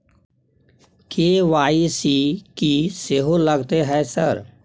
KYC की सेहो लगतै है सर?